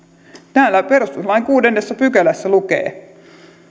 täällä perustuslain kuudennessa pykälässä lukee